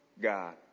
God